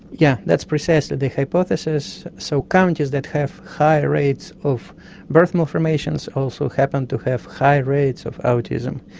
yeah that's precisely the hypothesis. so counties that have higher rates of birth malformations also happen to have higher rates of autism.